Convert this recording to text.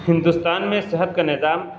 ہندوستان میں صحت کا نظام